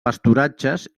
pasturatges